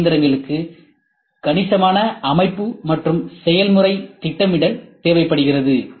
C இயந்திரங்களுக்கு கணிசமான அமைப்பு மற்றும் செயல்முறை திட்டமிடல் தேவைப்படுகிறது